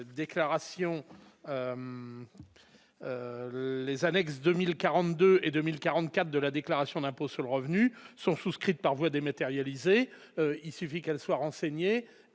les annexes 2042 et 2044 de la déclaration d'impôt sur le revenu, qui sont souscrites par voie dématérialisée. Il suffit que ces annexes soient renseignées